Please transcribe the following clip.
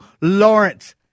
Lawrence